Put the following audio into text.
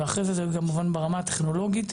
ואחרי זה זה כמובן ברמה הטכנולוגית.